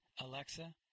Alexa